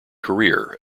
career